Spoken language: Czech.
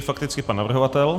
Fakticky pan navrhovatel.